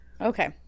Okay